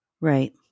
Right